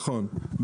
נכון.